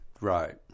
Right